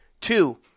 Two